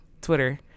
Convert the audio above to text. Twitter